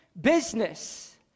business